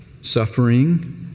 suffering